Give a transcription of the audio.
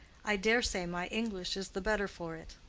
i dare say my english is the better for it.